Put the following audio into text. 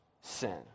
sin